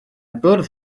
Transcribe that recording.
bwrdd